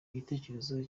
gitekerezo